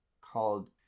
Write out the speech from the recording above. called